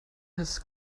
his